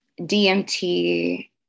DMT